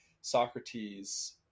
Socrates